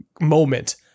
moment